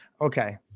Okay